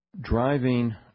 driving